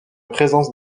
présence